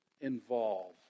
involve